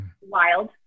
wild